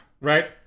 right